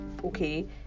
Okay